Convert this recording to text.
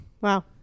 Wow